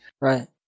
Right